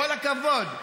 כל הכבוד.